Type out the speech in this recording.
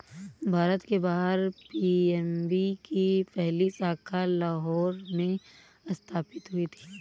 भारत के बाहर पी.एन.बी की पहली शाखा लाहौर में स्थापित हुई थी